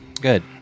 good